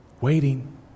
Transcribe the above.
waiting